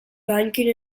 banking